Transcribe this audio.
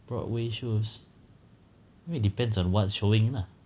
broadway shows well depends on what's showing lah